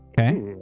Okay